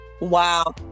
wow